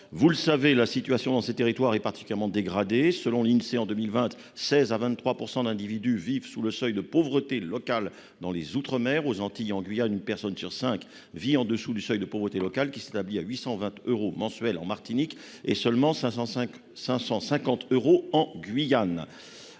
collègues, la situation dans ces territoires est particulièrement dégradée. Selon l'Insee, en 2020, 16 % à 23 % de personnes vivent sous le seuil de pauvreté local dans les outre-mer. Aux Antilles et en Guyane, une personne sur cinq vit en deçà du seuil de pauvreté local, qui est de 820 euros mensuels en Martinique et de seulement 550 euros en Guyane.